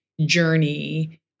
journey